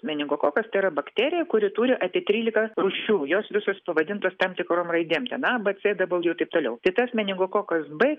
meningokokas tai yra bakterija kuri turi apie trylika rūšių jos visos pavadintos tam tikrom raidem ten a b c dabulju ir taip toliau tai tas meningokokas b